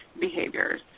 behaviors